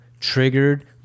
triggered